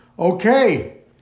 Okay